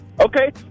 Okay